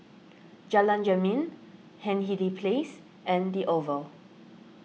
Jalan Jermin Hindhede Place and the Oval